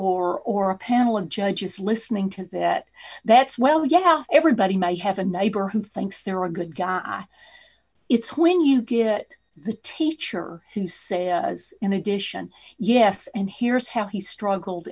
or or a panel of judges listening to that that's well yeah everybody may have a neighbor who thinks they're a good guy it's when you get the teacher to say as in addition yes and here's how he struggled